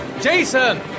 Jason